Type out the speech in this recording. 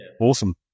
awesome